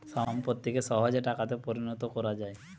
সম্পত্তিকে সহজে টাকাতে পরিণত কোরা যায়